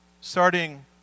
starting